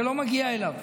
זה לא מגיע אליו.